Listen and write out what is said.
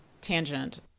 tangent